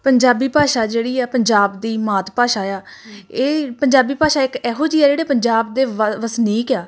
ਪੰਜਾਬੀ ਭਾਸ਼ਾ ਜਿਹੜੀ ਆ ਪੰਜਾਬ ਦੀ ਮਾਤ ਭਾਸ਼ਾ ਆ ਇਹ ਪੰਜਾਬੀ ਭਾਸ਼ਾ ਇੱਕ ਇਹੋ ਜਿਹੀ ਆ ਜਿਹੜੇ ਪੰਜਾਬ ਦੇ ਵ ਵਸਨੀਕ ਆ